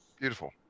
beautiful